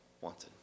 wanted